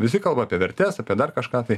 visi kalba apie vertes apie dar kažką tai